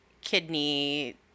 kidney